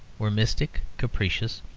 were mystic, capricious,